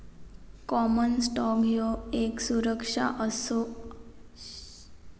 common stock ह्यो येक सुरक्षा असा जो कॉर्पोरेशनमधलो मालकीचो प्रतिनिधित्व करता